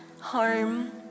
home